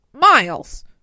Miles